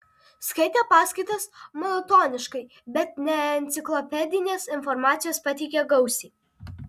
skaitė paskaitas monotoniškai bet neenciklopedinės informacijos pateikė gausiai